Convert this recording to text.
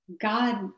God